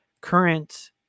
current